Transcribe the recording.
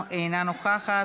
תודה רבה.